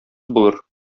булыр